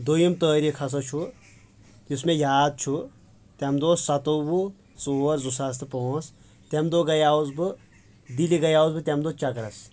دوٚیِم تٲریخ ہسا چھُ یُس مےٚ یاد چھُ تمہِ دۄہہ اوس ستووُہ ژور زٕ ساس تہٕ پانٛژھ تمہِ دۄہ گٔیاوُس بہٕ دِلہِ گٔیاوُس بہٕ تمہِِ دۄہ چکرس